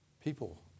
People